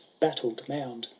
battled mound.